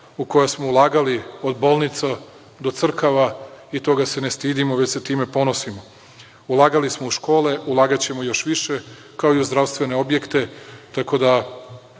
u koja smo ulagali, od bolnica do crkava, i toga se ne stidimo, već se time ponosimo. Ulagali smo u škole, ulagaćemo još više, kao i u zdravstvene objekte, tako da